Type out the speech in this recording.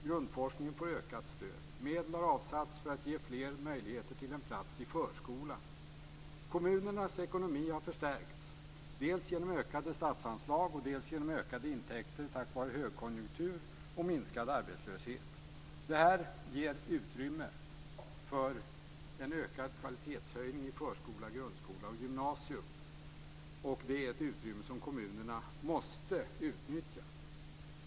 Grundforskningen får ökat stöd. Medel har avsatts för att ge fler möjligheter till en plats i förskolan. Kommunernas ekonomi har förstärkts, dels genom ökade statsanslag, dels genom ökade intäkter tack vare högkonjunktur och minskad arbetslöshet. Detta ger utrymme för en ökad kvalitetshöjning i förskola, grundskola och gymnasium, och det är ett utrymme som kommunerna måste utnyttja.